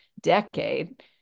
decade